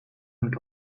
mit